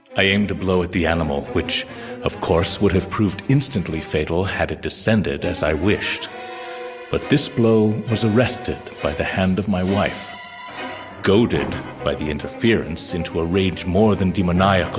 i aim to blow at the animal which of course would have proved instantly fatal had it descended as i wished but this blow was arrested by the hand of my wife goaded by the interference into a rage more than demonize.